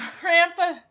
Grandpa